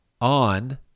on